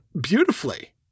beautifully